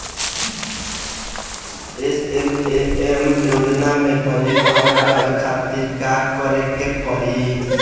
SMAM योजना में पंजीकरण करावे खातिर का का करे के पड़ी?